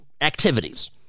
activities